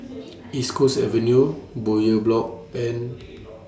East Coast Avenue Bowyer Block and